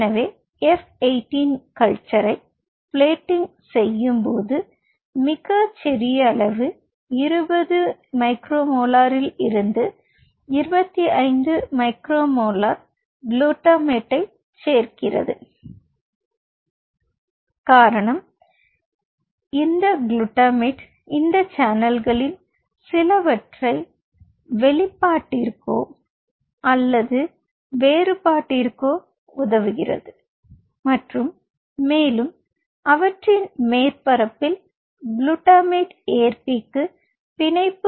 எனவே எஃப் 18 கல்ச்சரை பிளேட்டிங் செய்யும்போது மிகச்சிறிய அளவு 20 முதல் 25 மைக்ரோமோலார் குளுட்டமேட்டை சேர்க்கிறது காரணம் இந்த குளுட்டமேட் இந்த சேனல்களில் சிலவற்றின் வெளிப்பாட்டிற்கோ அல்லது வேறுபாட்டிற்கோ உதவுகிறது மற்றும் மேலும் அவற்றின் மேற்பரப்பில் குளுட்டமேட் ஏற்பிக்கு பிணைப்பு